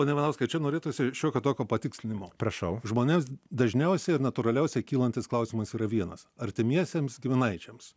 nemanau kad čia norėtųsi šiokio tokio patikslinimo prašau žmones dažniausiai natūraliausia kylantis klausimas yra vienas artimiesiems giminaičiams